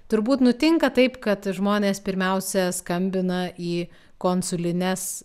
turbūt nutinka taip kad žmonės pirmiausia skambina į konsulines